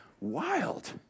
wild